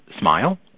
smile